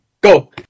Go